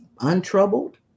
untroubled